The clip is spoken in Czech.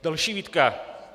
Další výtka.